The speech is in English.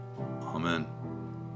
Amen